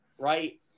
Right